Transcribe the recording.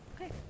Okay